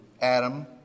Adam